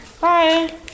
Bye